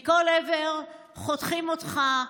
מכל עבר חותכים אותך,